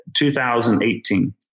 2018